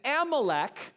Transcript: Amalek